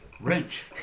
Wrench